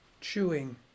Chewing